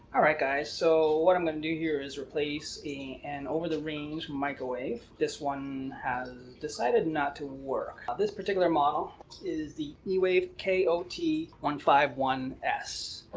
all right guys. so what i'm gonna do here is replace an over-the-range microwave. this one has decided not to work. ah this particular model is the ewave k o t one five one s.